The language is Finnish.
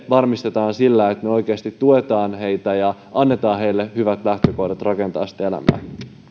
ne varmistetaan sillä että me oikeasti tuemme heitä ja annamme heille hyvät lähtökohdat rakentaa elämää